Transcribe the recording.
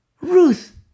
Ruth